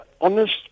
honest